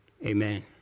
Amen